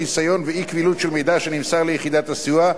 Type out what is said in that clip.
חיסיון ואי-קבילות של מידע שנמסר ליחידת הסיוע,